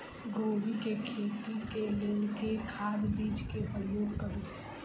कोबी केँ खेती केँ लेल केँ खाद, बीज केँ प्रयोग करू?